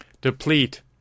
deplete